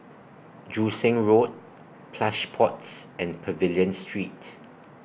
Joo Seng Road Plush Pods and Pavilion Street